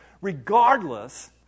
regardless